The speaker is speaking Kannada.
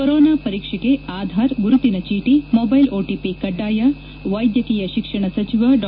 ಕೊರೊನಾ ಪರೀಕ್ಷೆಗೆ ಆಧಾರ್ ಗುರುತಿನ ಚೀಟಿ ಮೊಬೈಲ್ ಒಟಿಪಿ ಕಡ್ಡಾಯ ವೈದ್ಯಕೀಯ ಶಿಕ್ಷಣ ಸಚಿವ ಡಾ